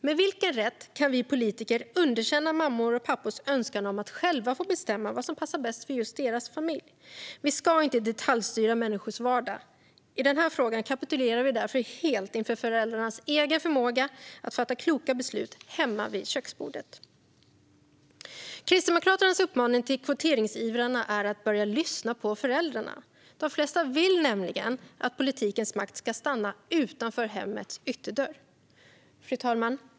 Med vilken rätt kan vi politiker underkänna mammors och pappors önskan om att själva få bestämma vad som passar bäst för just deras familj? Vi ska inte detaljstyra människors vardag. I den här frågan kapitulerar vi därför helt inför föräldrarnas egen förmåga att fatta kloka beslut hemma vid köksbordet. Kristdemokraternas uppmaning till kvoteringsivrarna är att börja lyssna på föräldrarna. De flesta vill nämligen att politikens makt ska stanna utanför hemmets ytterdörr. Fru talman!